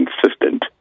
consistent